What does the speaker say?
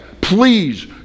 please